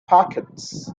packets